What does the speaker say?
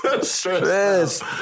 Stressed